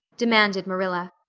demanded marilla.